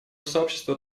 сообществу